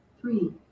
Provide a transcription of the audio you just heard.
Three